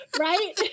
Right